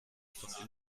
von